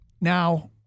Now